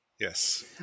Yes